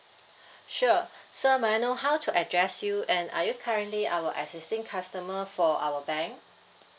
sure sir may I know how to address you and are you currently our existing customer for our bank